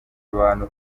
abantu